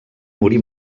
morir